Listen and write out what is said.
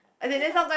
okay lah